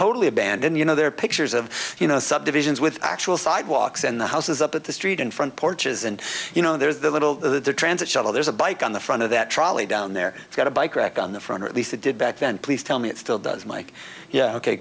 totally abandoned you know there are pictures of you know subdivisions with actual sidewalks and the houses up at the street in front porches and you know there's the little transit shuttle there's a bike on the front of that trolley down there it's got a bike rack on the front or at least it did back then please tell me it still does mike yeah ok